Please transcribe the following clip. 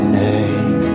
name